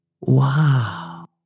wow